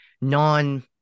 non